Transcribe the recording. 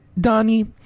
Donnie